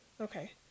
Okay